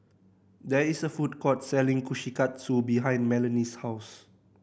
there is a food court selling Kushikatsu behind Melony's house